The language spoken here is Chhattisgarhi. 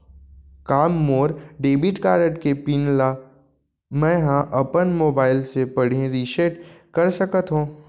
का मोर डेबिट कारड के पिन ल मैं ह अपन मोबाइल से पड़ही रिसेट कर सकत हो?